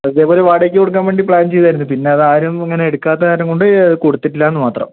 ഇതേപോലെ വാടകക്ക് കൊടുക്കാൻ വേണ്ടി പ്ലാൻ ചെയ്തതായിരുന്നു പിന്നെ അതാരും അങ്ങനെ എടുക്കാത്ത കാരണം കൊണ്ട് കൊടുത്തിട്ടില്ലാന്നു മാത്രം